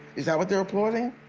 is that what theyire applauding?